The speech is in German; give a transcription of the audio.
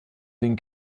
den